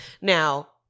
now